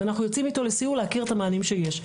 ואנחנו יוצאים איתו לסיור להכיר את המענים שיש.